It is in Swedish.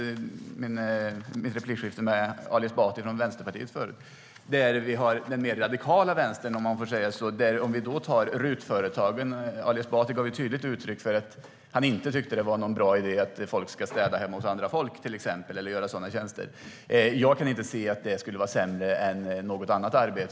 I mitt replikskifte med Ali Esbati fick vi se exempel på den mer radikala vänstern. När det gäller till exempel RUT-företagen gav Ali Esbati tydligt uttryck för att han inte tycker att det är någon bra idé att folk ska städa hemma hos andra eller utföra sådana tjänster. Jag kan inte se att det skulle vara sämre än något annat arbete.